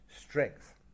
strength